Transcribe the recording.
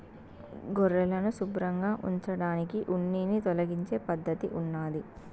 గొర్రెలను శుభ్రంగా ఉంచడానికి ఉన్నిని తొలగించే పద్ధతి ఉన్నాది